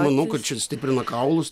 manau kad čia ir stiprina kaulus